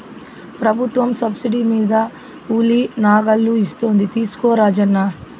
ప్రభుత్వం సబ్సిడీ మీద ఉలి నాగళ్ళు ఇస్తోంది తీసుకో రాజన్న